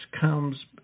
comes